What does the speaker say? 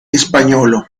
spagnolo